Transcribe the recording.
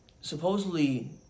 Supposedly